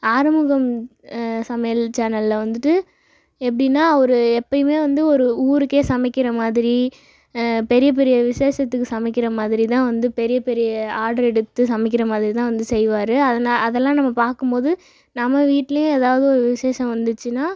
ஆறுமுகம் சமையல் சேனலில் வந்துட்டு எப்படின்னா ஒரு எப்போயுமே வந்து ஒரு ஊருக்கே சமைக்கிற மாதிரி பெரிய பெரிய விசேஷத்துக்கு சமைக்கிற மாதிரி தான் வந்து பெரிய பெரிய ஆர்டர் எடுத்து சமைக்கிற மாதிரி தான் வந்து செய்வார் அதெல்லாம் நம்ம பார்க்கும்போது நம்ம வீட்லேயும் ஏதாவது ஒரு விசேஷம் வந்துச்சுன்னால்